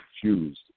confused